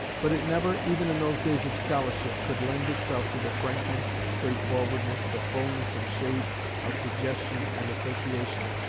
but it never, even in those days of scholarship, could lend itself to the frankness, the straightforwardness, the fulness and shades of suggestion and association,